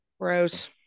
Gross